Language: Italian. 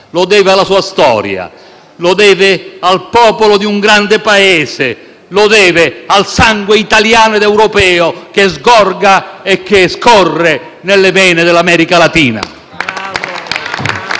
lo deve alla sua storia, lo deve al popolo di un grande Paese; lo deve al sangue italiano ed europeo che scorre nelle vene dell'America latina.